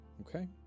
Okay